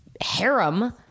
harem